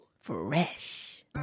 fresh